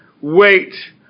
wait